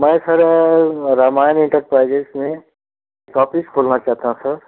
मैं sir Ramayan enterprises में office खोलना चाहता हूँ सर